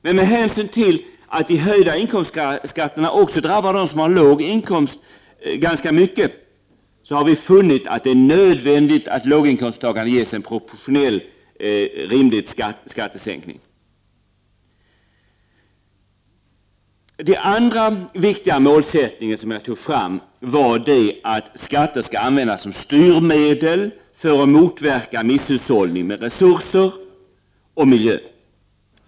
Men med hänsyn till att de höjda indirekta skatterna också ganska mycket drabbar dem som har låg inkomst har vi funnit att det är nödvändigt att låginkomsttagarna ges en rimligt proportionell skattesänkning. Den andra viktiga målsättningen som jag tog upp var att skatter skall användas som styrmedel för att motverka misshushållning med resurser och miljö.